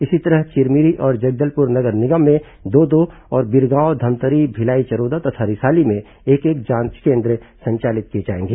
इसी तरह चिरमिरी और जगदलपुर नगर निगम में दो दो और बिरगांव धमतरी भिलाई चरोदा तथा रिसाली में एक एक जांच केन्द्र संचालित किए जाएंगे